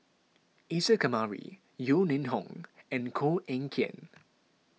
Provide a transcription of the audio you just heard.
Isa Kamari Yeo Ning Hong and Koh Eng Kian